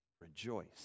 Rejoice